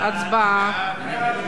סעיף 1 נתקבל.